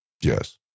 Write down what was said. Yes